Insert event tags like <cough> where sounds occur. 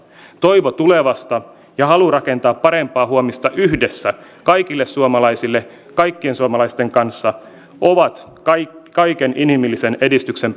toivo tulevasta ja halu rakentaa parempaa huomista yhdessä kaikille suomalaisille kaikkien suomalaisten kanssa ovat kaiken kaiken inhimillisen edistyksen <unintelligible>